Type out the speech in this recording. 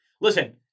Listen